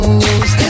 news